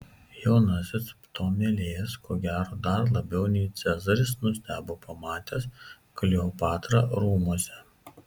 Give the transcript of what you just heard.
jaunasis ptolemėjas ko gero dar labiau nei cezaris nustebo pamatęs kleopatrą rūmuose